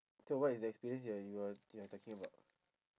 so what is the experience that you are you are talking about